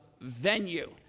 venue